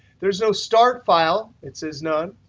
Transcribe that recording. there's no start file. it says none.